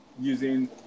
using